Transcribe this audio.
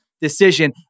decision